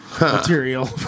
Material